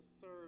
serve